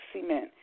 cement